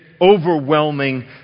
overwhelming